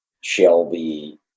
shelby